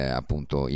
appunto